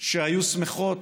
שהיו שמחות